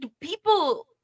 people